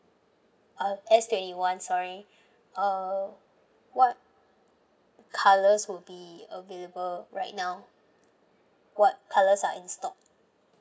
uh S twenty one sorry uh what colours will be available right now what colours are in stock